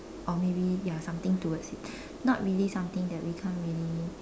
or maybe ya something towards it not really something that we can't really